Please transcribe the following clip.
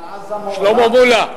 אבל עזה מעולם לא, שלמה מולה.